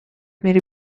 میری